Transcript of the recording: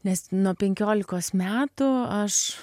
nes nuo penkiolikos metų aš